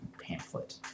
pamphlet